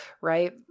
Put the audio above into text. right